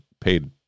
paid